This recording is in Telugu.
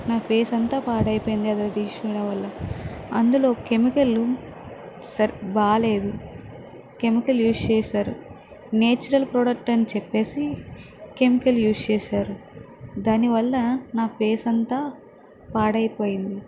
నా ఫేస్ అంతా పాడైపోయింది అది వేసుకోవడం వల్ల అందులో కెమికల్ సరే బాలేదు కెమికల్ యూస్ చేశారు నేచురల్ ప్రోడక్ట్ అని చెప్పేసి కెమికల్ యూస్ చేశారు దానివల్ల నా ఫేస్ అంతా పాడైపోయింది